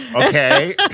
okay